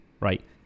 right